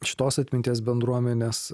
šitos atminties bendruomenės